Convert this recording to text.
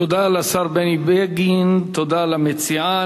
תודה לשר בני בגין, תודה למציעה.